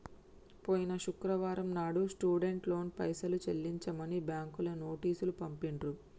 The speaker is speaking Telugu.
పోయిన శుక్రవారం నాడు స్టూడెంట్ లోన్ పైసలు చెల్లించమని బ్యాంకులు నోటీసు పంపిండ్రు